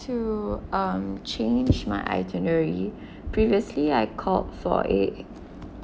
to um change my itinerary previously I called for a